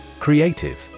Creative